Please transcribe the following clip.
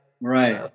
Right